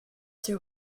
too